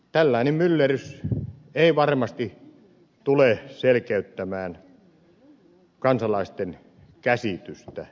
tällainen myllerrys ei varmasti tule selkeyttämään kansalaisten käsitystä aluehallinnosta